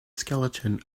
skeleton